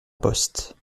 poste